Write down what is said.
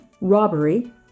Robbery